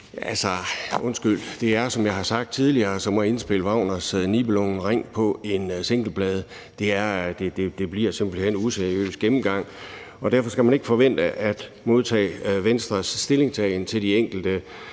det er, som jeg har sagt tidligere, som at indspille Wagners »Nibelungens Ring« på en singleplade. Det bliver simpelt hen en useriøs gennemgang, og derfor skal man ikke forvente at modtage Venstres stillingtagen til de enkelte